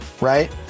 Right